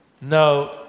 No